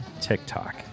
TikTok